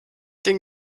den